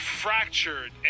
fractured